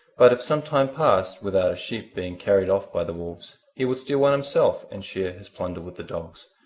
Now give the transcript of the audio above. but if some time passed without a sheep being carried off by the wolves, he would steal one himself and share his plunder with the dogs.